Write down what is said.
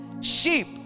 sheep